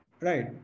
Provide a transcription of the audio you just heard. right